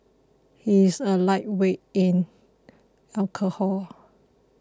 he is a lightweight in alcohol